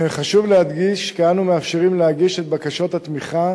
חשוב להדגיש כי אנו מאפשרים להגיש את בקשות התמיכה